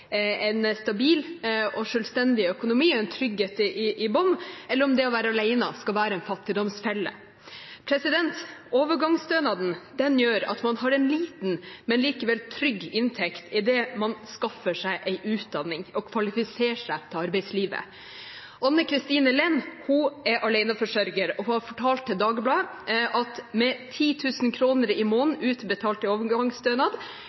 en stabil og selvstendig økonomi og en trygghet i bunnen, eller om det å være alene skal være en fattigdomsfelle. Overgangsstønaden gjør at man har en liten, men likevel trygg inntekt idet man skaffer seg en utdanning og kvalifiserer seg for arbeidslivet. Anne Kristine Lehn er aleneforsørger. Hun har fortalt til Dagbladet: «… med 10 000 kroner i måneden utbetalt i overgangsstønad